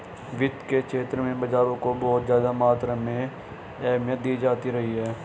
वित्त के क्षेत्र में बाजारों को बहुत ज्यादा मात्रा में अहमियत दी जाती रही है